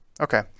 Okay